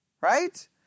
right